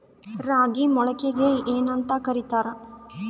ರಾಗಿ ಮೊಳಕೆಗೆ ಏನ್ಯಾಂತ ಕರಿತಾರ?